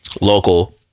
local